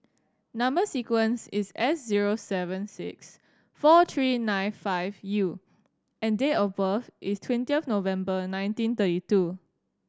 number sequence is S zero seven six four three nine five U and date of birth is twenty November nineteen thirty two